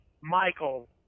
Michael